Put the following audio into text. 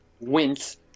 wince